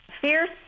fierce